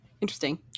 Interesting